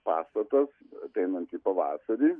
pastatas ateinantį pavasarį